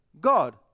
God